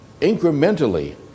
incrementally